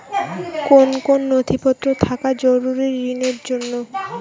কোন কোন নথিপত্র থাকা জরুরি ঋণের জন্য?